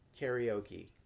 karaoke